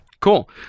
cool